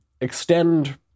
extend